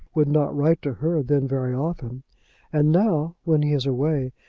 would not write to her then very often and now, when he is away,